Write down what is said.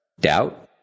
doubt